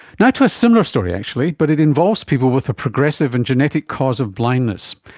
now to a similar story actually but it involves people with a progressive and genetic cause of blindness.